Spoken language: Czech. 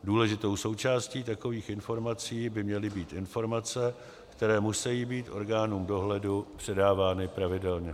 Důležitou součástí takových informací by měly být informace, které musejí být orgánům dohledu předávány pravidelně.